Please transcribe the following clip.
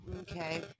Okay